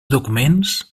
documents